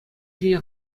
ҫине